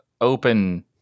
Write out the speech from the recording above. open